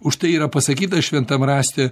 už tai yra pasakyta šventam rašte